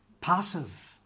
passive